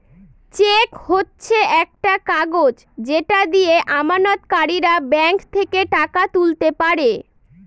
check হচ্ছে একটা কাগজ যেটা দিয়ে আমানতকারীরা ব্যাঙ্ক থেকে টাকা তুলতে পারে